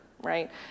right